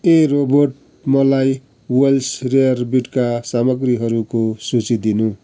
ए robot मलाई Welsh रेयरबिटका सामग्रीहरूको सूची दिनू